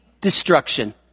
destruction